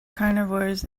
carnivores